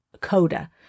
coda